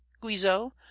guizot